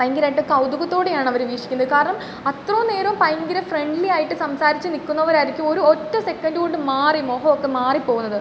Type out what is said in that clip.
ഭയങ്കരായിട്ട് കൗതുകത്തോടെയാണ് അവർ വീക്ഷിക്കുന്നത് കാരണം അത്രോം നേരം ഭയങ്കര ഫ്രണ്ട്ലി ആയിട്ട് സംസാരിച്ച് നിക്കുന്നവരായിരിക്കും ഒരു ഒറ്റ സെക്കൻഡ് കൊണ്ട് മാറി മൊഹോക്കെ മാറിപ്പോവുന്നത്